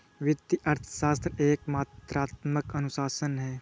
वित्तीय अर्थशास्त्र एक मात्रात्मक अनुशासन है